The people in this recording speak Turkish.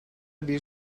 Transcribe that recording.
bir